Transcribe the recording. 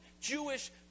Jewish